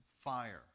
fire